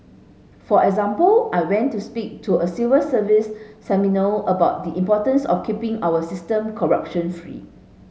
for example I went to speak to a civil service seminar about the importance of keeping our system corruption free